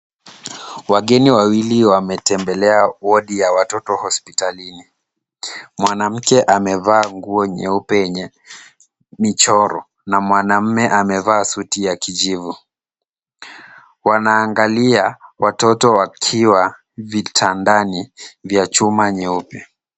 Wageni wawili wametembelea wodi ya watoto hospitalini. Mwanamke amevaa nguo nyeupe yenye michoro na mwanaume amevaa koti ya kijivu. Wanaangalia watoto wakiwa vitandani vya chuma nyeupe.